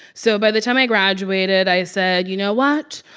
so by the time i graduated, i said you know what?